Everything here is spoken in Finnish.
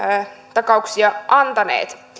takauksia antaneet